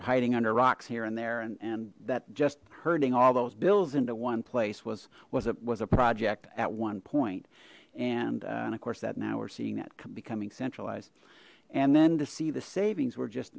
of hiding under rocks here and there and and that just hurting all those bills into one place was was it was a project at one point and and of course that now we're seeing that becoming centralized and then to see the savings were just